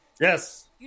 yes